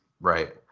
Right